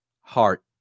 heart